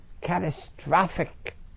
catastrophic